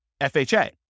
FHA